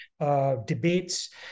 Debates